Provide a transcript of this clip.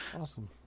awesome